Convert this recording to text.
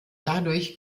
dadurch